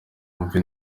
wumve